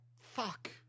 Fuck